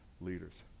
leaders